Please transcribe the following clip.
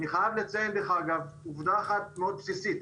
אני חייב לציין עובדה אחת מאוד בסיסית,